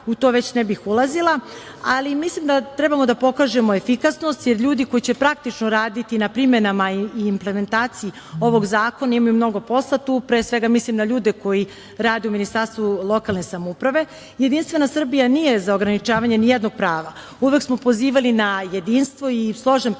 u to ne bih ulazila, ali mislim da treba da pokažemo efikasnost, jer ljudi koji će praktično raditi na primenama i implementaciji ovog zakona, imaju mnogo posla, a tu mislim na ljude koji rade u Ministarstvu lokalne samouprave, a JS nije za ograničavanje nijednog prava, uvek smo pozivali na jedinstvo i složen pristup